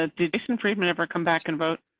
ah did additional treatment ever come back and vote.